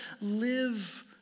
live